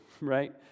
right